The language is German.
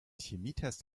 chemietest